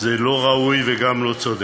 הוא לא ראוי וגם לא צודק.